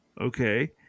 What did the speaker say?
okay